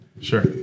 Sure